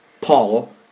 Paul